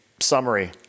summary